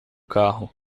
carro